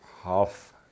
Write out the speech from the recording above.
half